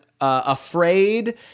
afraid